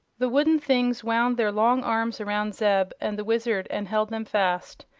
the wooden things wound their long arms around zeb and the wizard and held them fast.